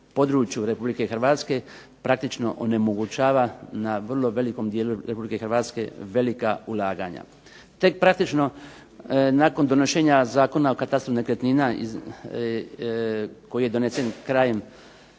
području Republike Hrvatske, praktično onemogućava na vrlo velikom dijelu Republike Hrvatske velika ulaganja. Tek praktično nakon donošenja Zakona o katastru nekretnina, koji je donesen krajem